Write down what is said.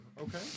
Okay